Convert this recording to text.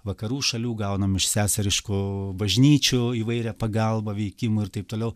vakarų šalių gaunam iš seseriškų bažnyčių įvairią pagalbą veikimą ir taip toliau